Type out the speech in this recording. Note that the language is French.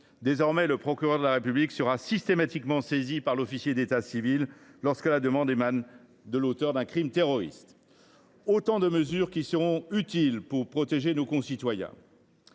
Désormais, le procureur de la République sera systématiquement saisi par l’officier d’état civil lorsque la demande émanera d’un auteur de crime terroriste. Voilà autant de mesures qui seront utiles pour protéger nos concitoyens.